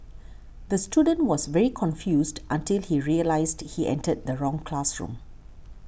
the student was very confused until he realised he entered the wrong classroom